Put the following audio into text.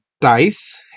dice